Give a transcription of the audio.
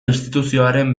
instituzioaren